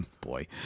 Boy